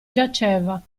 giaceva